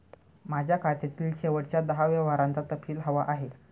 माझ्या खात्यातील शेवटच्या दहा व्यवहारांचा तपशील हवा आहे